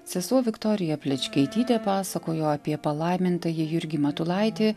sesuo viktorija plečkaitytė pasakojo apie palaimintąjį jurgį matulaitį